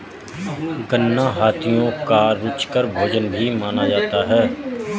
गन्ना हाथियों का रुचिकर भोजन भी माना जाता है